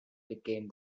became